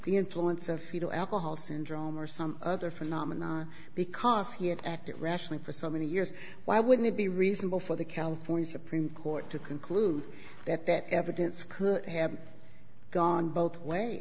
the influence of fetal alcohol syndrome or some other phenomenon because he had acted irrationally for so many years why wouldn't it be reasonable for the california supreme court to conclude that that evidence could have gone both way